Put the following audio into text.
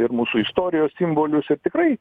ir mūsų istorijos simbolius ir tikrai